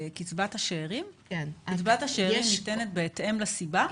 קצבת השארים ניתנת בהתאם לסיבה?